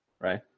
right